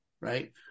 right